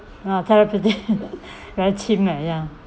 ha therapeutic very chim eh ya